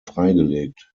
freigelegt